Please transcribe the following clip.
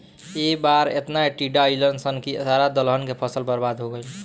ए बार एतना टिड्डा अईलन सन की सारा दलहन के फसल बर्बाद हो गईल